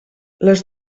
les